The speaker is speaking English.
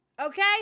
okay